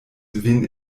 vin